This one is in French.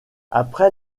après